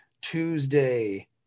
tuesday